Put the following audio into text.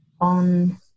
on